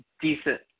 decent